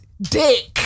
dick